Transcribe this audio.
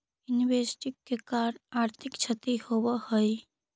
investing के कारण आर्थिक क्षति होवऽ हई